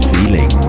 Feeling